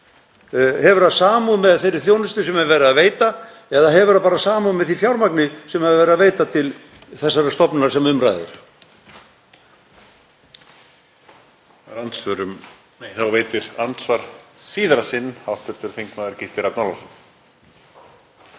Hefur það samúð með þeirri þjónustu sem verið er að veita eða hefur það bara samúð með því fjármagni sem verið er að veita til þeirrar stofnunar sem um ræðir?